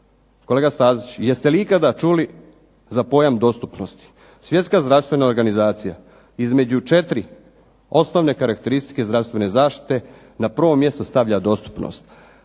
Kolega Stazić jeste li ikada čuli za pojam dostupnosti? Svjetska zdravstvena organizacija, između četiri osnovne karakteristike zdravstvene zaštite na prvo mjesto stavlja dostupnost.